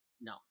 No